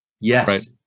yes